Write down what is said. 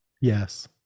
Yes